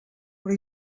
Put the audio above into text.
però